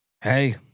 Hey